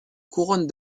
couronne